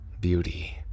beauty